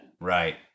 Right